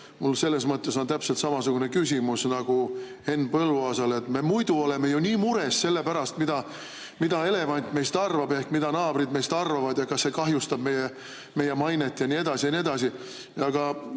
Mul on selles mõttes täpselt samasugune küsimus nagu Henn Põlluaasal. Me muidu oleme ju nii mures selle pärast, mida elevant meist arvab ehk mida naabrid meist arvavad ja kas see kahjustab meie mainet ja nii edasi. Aga nüüd,